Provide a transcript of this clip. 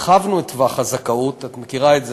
הרחבנו את טווח הזכאות את מכירה את זה,